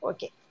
Okay